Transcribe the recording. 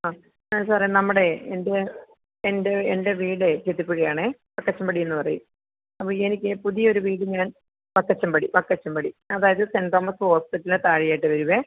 അ ആ സാറേ നമ്മുടെ എൻ്റെ എൻ്റെ എൻ്റെ വീട് ചെട്ടിപുഴയാണ് വക്കച്ചമ്പടിന്ന് പറയും അപ്പോൾ എനിക്ക് പുതിയൊരു വീട് ഞാൻ വക്കച്ചമ്പടി വക്കച്ചമ്പടി അതായത് സെൻറ്റ് തോമസ് ഹോസ്പിറ്റലിൻ്റെ താഴെയായിട്ടു വരുവേ